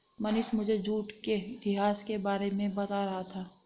मनीष मुझे जूट के इतिहास के बारे में बता रहा था